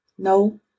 No